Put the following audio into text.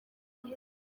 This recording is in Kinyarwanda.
congo